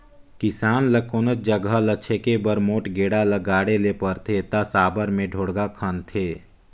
किसान ल कोनोच जगहा ल छेके बर मोट गेड़ा ल गाड़े ले परथे ता साबर मे ढोड़गा खनथे